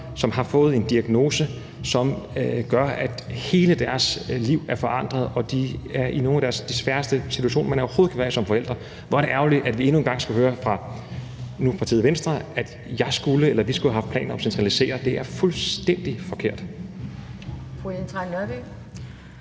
som har fået en diagnose, som gør, at hele deres liv er forandret, og hvor de er i den sværeste situation, man overhovedet kan være i som forældre. Hvor er det ærgerligt, at vi endnu en gang skal høre, nu fra partiet Venstre, at jeg eller vi skulle have haft planer om at centralisere. Det er fuldstændig forkert.